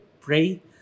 pray